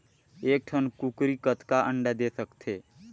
एक ठन कूकरी कतका अंडा दे सकथे?